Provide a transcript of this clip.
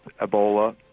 Ebola